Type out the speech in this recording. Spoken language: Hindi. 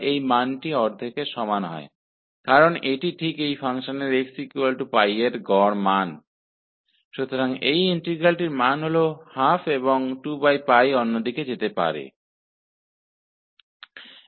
So the value of this integral is ½ and this 2π can go to the other side अतः इंटीग्रल का मान ½ है और यह 2π दूसरी ओर जा सकता है